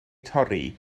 torri